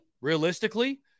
realistically